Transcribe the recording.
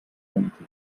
haiti